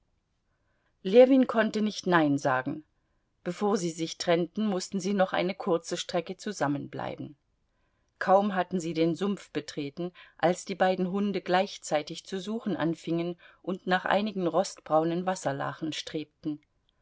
ljewin konnte nicht nein sagen bevor sie sich trennten mußten sie noch eine kurze strecke zusammenbleiben kaum hatten sie den sumpf betreten als die beiden hunde gleichzeitig zu suchen anfingen und nach einigen rostbraunen wasserlachen strebten